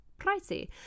pricey